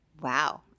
wow